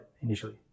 initially